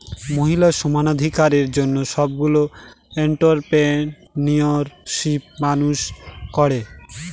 মহিলা সমানাধিকারের জন্য সবগুলো এন্ট্ররপ্রেনিউরশিপ মানুষ করে